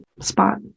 spot